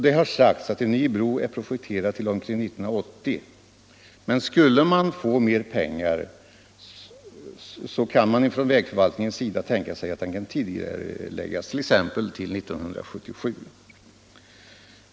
Det har sagts att en ny bro är projekterad till omkring 1980, men skulle man få mer pengar kan man från vägförvaltningens sida tänka sig att projektet tidigareläggs, t.ex. till 1977.